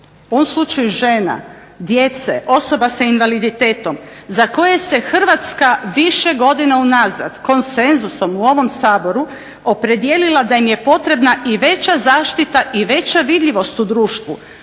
slučaju žena, djece, osoba sa invaliditetom za koje se Hrvatska više godina unazad konsenzusom u ovom Saboru opredijelila da im je potrebna i veća zaštita i veća vidljivost u društvu,